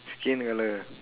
skin colour